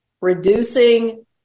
reducing